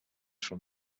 from